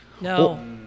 No